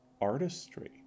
artistry